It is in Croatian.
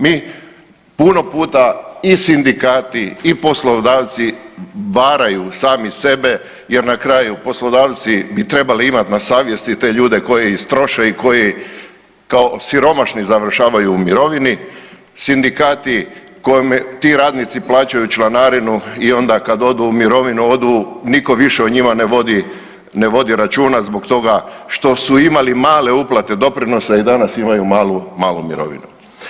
Mi puno puta i sindikati i poslodavci varaju sami sebe jer na kraju poslodavci bi trebali imat na savjesti te ljude koje istroše i koji kao siromašni završavaju u mirovini, sindikati kojima ti radnici plaćaju članarinu i onda kad odu u mirovinu odu, nitko više o njima ne vodi, ne vodi računa zbog toga što su imali male uplate doprinosa i danas imaju malu, malu mirovinu.